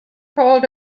called